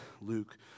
Luke